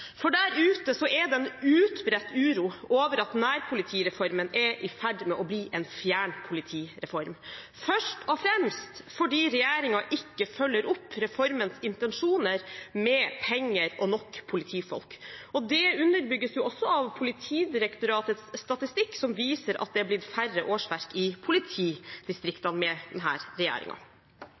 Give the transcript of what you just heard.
For der ute er det en utbredt uro over at nærpolitireformen er i ferd med å bli en fjernpolitireform, først og fremst fordi regjeringen ikke følger opp reformens intensjoner med penger og nok politifolk. Det underbygges også av Politidirektoratets statistikk, som viser at det er blitt færre årsverk i politidistriktene med denne regjeringen. Også justisfeltet rammes av at den